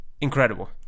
incredible